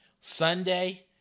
Sunday